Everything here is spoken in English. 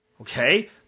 Okay